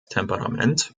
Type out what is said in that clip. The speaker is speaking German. temperament